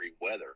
weather